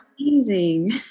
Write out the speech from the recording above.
amazing